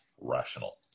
rational